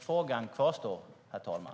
Frågan kvarstår, herr talman.